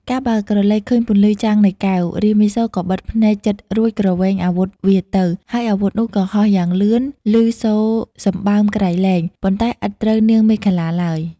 កាលបើក្រឡេកឃើញពន្លឺចាំងនៃកែវ រាមាសូរក៏បិទភ្នែកជិតរួច គ្រវែងអាវុធវាទៅ ហើយអាវុធនោះក៏ហោះយ៉ាងលឿនឮសូរសម្បើមក្រៃលែង ប៉ុន្តែឥតត្រូវនាងមេខលាឡើយ។